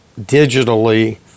digitally